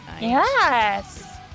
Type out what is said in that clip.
Yes